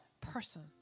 person